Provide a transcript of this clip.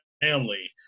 family